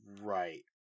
right